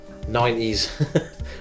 90s